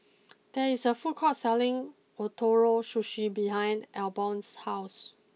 there is a food court selling Ootoro Sushi behind Albion's house